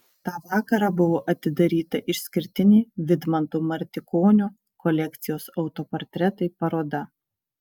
tą vakarą buvo atidaryta išskirtinė vidmanto martikonio kolekcijos autoportretai paroda